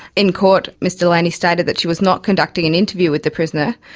in court miss delaney stated that she was not conducting an interview with the prisoner,